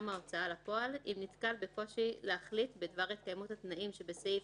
רשם ההוצאה לפועל אם נתקל בקושי להחליט בדבר התקיימות התנאים שבסעיף